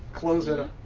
close it. ah